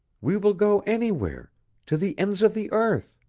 we will go anywhere to the ends of the earth